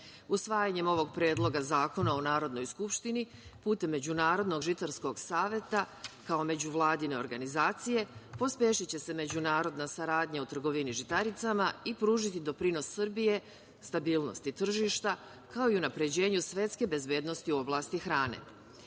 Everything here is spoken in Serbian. Usvajanjem ovog predloga zakona u Narodnoj skupštini, putem Međunarodnog žitarskog saveta, kao međuvladine organizacije, pospešiće se međunarodna saradnja o trgovini žitaricama i pružiti doprinos Srbije, stabilnosti tržišta, kao i unapređenju svetske bezbednosti u oblasti